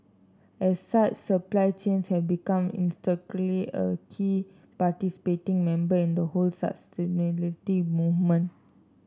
as such supply chains have become intrinsically a key participating member in the whole sustainability movement